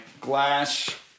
glass